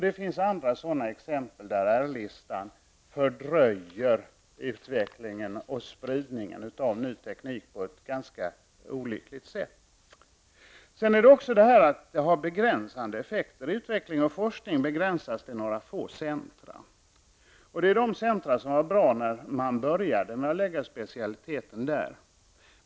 Det finns andra sådana exempel på att R-listan fördröjer utvecklingen och spridningen av ny teknik på ett ganska olyckligt sätt. Sedan är det också så att listan har begränsande effekt. Utveckling och forskning begränsas till några få centra, och det är de centra som var bra när man började med att lägga specialiteten där.